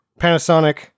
Panasonic